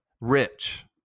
Rich